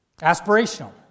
Aspirational